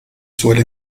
suele